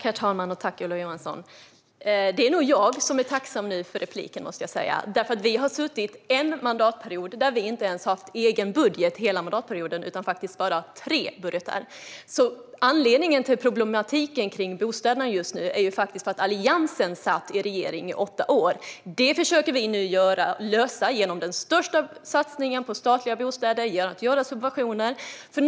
Herr talman! Jag tackar Ola Johansson. Det är nog jag som är tacksam för repliken. Vi har suttit en mandatperiod och har inte ens haft en egen budget hela mandatperioden utan bara tre budgetar. Anledningen till bostadsproblematiken är Alliansens åtta år i regering. Nu försöker vi lösa detta genom den största satsningen på statliga bostäder och genom subventioner. Herr talman!